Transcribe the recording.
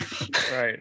right